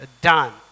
done